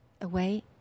away